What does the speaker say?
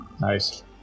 Nice